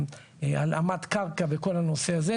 הלאמת קרקע וכל הנושא הזה,